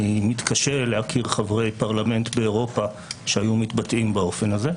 אני מתקשה להכיר חברי פרלמנט באירופה שהיו מתבטאים באופן הזה,